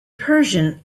persian